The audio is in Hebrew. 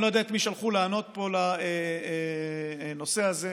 אני לא יודע את מי שלחו פה לענות על הנושא הזה.